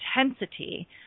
intensity